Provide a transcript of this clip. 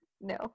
No